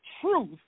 truth